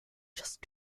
just